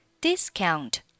Discount